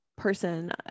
person